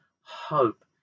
hope